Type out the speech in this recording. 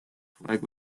flag